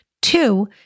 Two